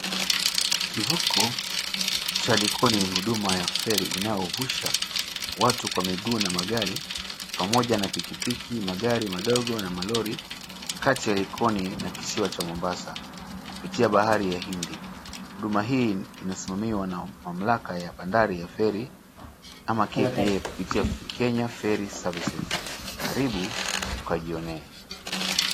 Kivuko cha Likoni ni huduma ya feri inayovusha watu kwa miguu na magari pamoja na pikipiki, magari madogo na malori kati ya Likoni na kisiwa cha Mombasa kupitia bahari ya Hindi. Huduma hii inasimamiwa na mamlaka ya bandari ya feri ama KPA kupitia Kenya Ferry Services. Karibu ukajionee.